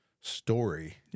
story